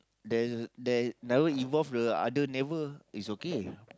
that that's never involve the other neighbour is okay